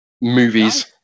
movies